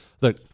Look